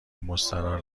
مستراح